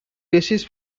basis